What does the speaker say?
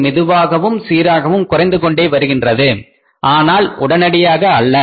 அது மெதுவாகவும் சீராகவும் குறைந்துகொண்டே வருகின்றது ஆனால் உடனடியாக அல்ல